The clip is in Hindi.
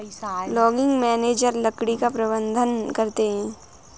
लॉगिंग मैनेजर लकड़ी का प्रबंधन करते है